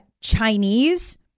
Chinese